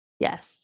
Yes